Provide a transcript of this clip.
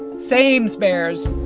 sames, bears